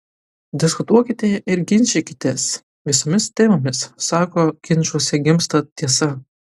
diskutuokite ir ginčykitės visomis temomis sako ginčuose gimsta tiesa